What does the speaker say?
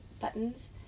buttons